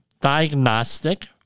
diagnostic